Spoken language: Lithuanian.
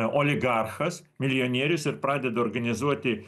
oligarchas milijonierius ir pradeda organizuoti